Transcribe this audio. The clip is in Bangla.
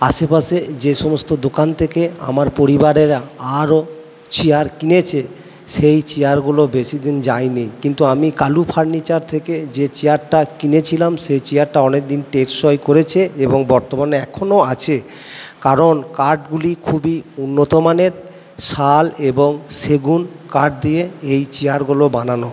আশেপাশে যে সমস্ত দোকান থেকে আমার পরিবারেরা আরো চেয়ার কিনেছে সেই চেয়ারগুলো বেশি দিন যায় নি কিন্তু আমি কালু ফার্ণিচার থেকে যে চেয়ারটা কিনেছিলাম সেই চেয়ারটা অনেক দিন টেকসই করেছে এবং বর্তমানে এখনও আছে কারণ কাঠগুলি খুবই উন্নত মানের শাল এবং সেগুন কাঠ দিয়ে এই চেয়ারগুলো বানানো